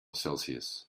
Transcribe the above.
celsius